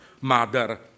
Mother